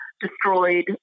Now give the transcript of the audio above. destroyed